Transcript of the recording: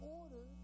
order